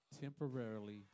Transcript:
temporarily